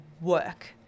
work